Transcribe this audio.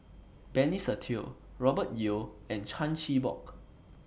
Benny Se Teo Robert Yeo and Chan Chin Bock